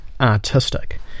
artistic